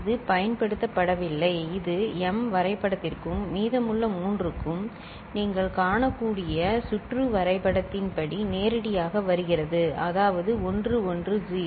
இது பயன்படுத்தப்படவில்லை இது m வரைபடத்திற்கும் மீதமுள்ள மூன்றுக்கும் நீங்கள் காணக்கூடிய சுற்று வரைபடத்தின் படி நேரடியாக வருகிறது அதாவது 110 சரி